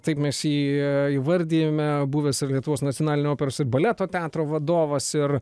taip mes jį įvardijame buvęs ir lietuvos nacionalinio operos ir baleto teatro vadovas ir